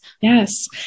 Yes